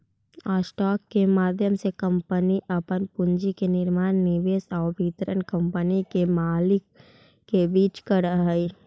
stock के माध्यम से कंपनी अपन पूंजी के निर्माण निवेश आउ वितरण कंपनी के मालिक के बीच करऽ हइ